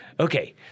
Okay